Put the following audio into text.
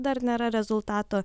dar nėra rezultato